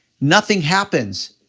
nothing happens,